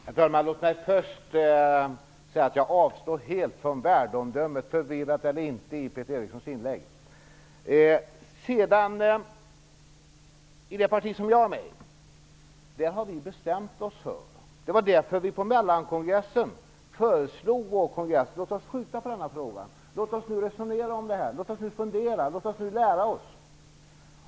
Herr talman! Låt mig först säga att jag helt avstår från att gå in på värdeomdömet - förvirrat eller inte - i Peter Erikssons inlägg. I det parti som jag är med i har vi bestämt oss för, och därför på mellankongressen föreslagit, att skjuta på denna fråga. Vi säger: Låt oss skjuta på denna fråga. Låt oss nu resonera om det här. Låt oss nu fundera. Låt oss lära oss.